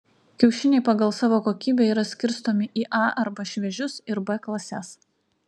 kiaušiniai pagal savo kokybę yra skirstomi į a arba šviežius ir b klases